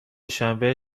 شنبه